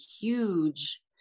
huge